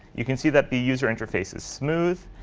you can see that the user interface is smooth,